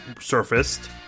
surfaced